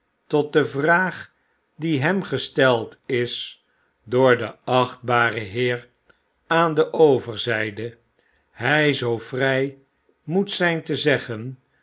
tot de vraag die hem gesteld is door den achtbaren heer aan de overzijde hij zoo vry moet zyn te zeggen